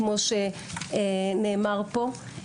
כמו שנאמר פה.